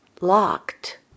locked